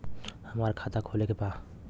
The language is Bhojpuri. हमार खाता खोले के बा?